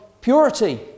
purity